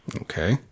Okay